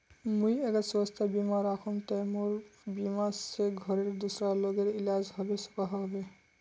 मुई अगर स्वास्थ्य बीमा करूम ते मोर बीमा से घोरेर दूसरा लोगेर इलाज होबे सकोहो होबे?